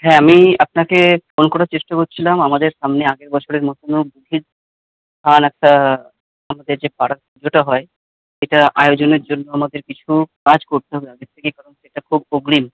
হ্যাঁ আমি আপনাকে ফোন করার চেষ্টা করছিলাম আমাদের সামনে আগের বছরের মতনও বুধির থান একটা আমাদের যে পাড়ার পুজোটা হয় এটা আয়োজনের জন্য আমাদের কিছু কাজ করতে হবে আগের থেকে কারণ সেটা খুব অগ্রিম